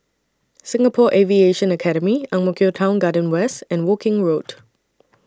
Singapore Aviation Academy Ang Mo Kio Town Garden West and Woking Road